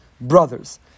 brothers